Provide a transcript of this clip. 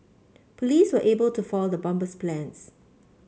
police were able to foil the bomber's plans